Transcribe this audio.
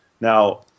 Now